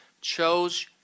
chose